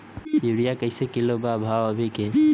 Urea कइसे kilo बा भाव अभी के?